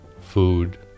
food